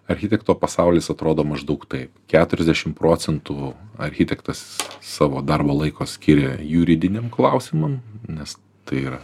architekto pasaulis atrodo maždaug taip keturiasdešim procentų architektas savo darbo laiko skiria juridiniam klausimam nes tai yra